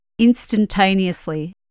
instantaneously